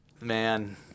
man